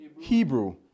Hebrew